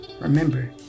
Remember